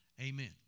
Amen